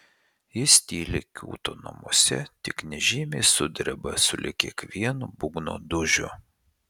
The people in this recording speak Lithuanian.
jis tyliai kiūto namuose tik nežymiai sudreba sulig kiekvienu būgno dūžiu